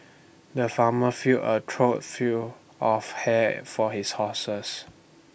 the farmer fill A trough fill of hay for his horses